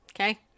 Okay